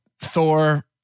Thor